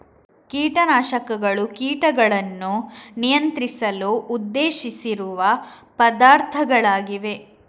ಕೀಟ ನಾಶಕಗಳು ಕೀಟಗಳನ್ನು ನಿಯಂತ್ರಿಸಲು ಉದ್ದೇಶಿಸಿರುವ ಪದಾರ್ಥಗಳಾಗಿವೆ